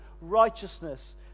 righteousness